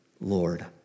Lord